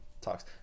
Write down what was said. talks